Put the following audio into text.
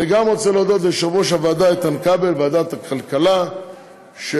אני רוצה להודות גם ליושב-ראש ועדת הכלכלה איתן כבל,